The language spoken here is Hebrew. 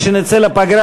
כשנצא לפגרה,